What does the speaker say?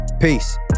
Peace